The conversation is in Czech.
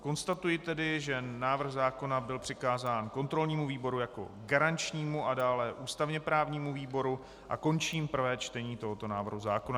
Konstatuji tedy, že návrh zákona byl přikázán kontrolnímu výboru jako garančnímu a dále ústavněprávnímu výboru, a končím prvé čtení tohoto návrhu zákona.